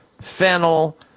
fennel